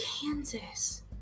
Kansas